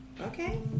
Okay